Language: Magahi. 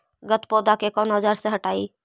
गत्पोदा के कौन औजार से हटायी?